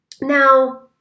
Now